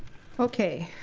okay.